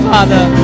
Father